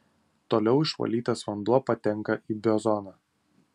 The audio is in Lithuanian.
toliau išvalytas vanduo patenka į biozoną